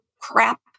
crap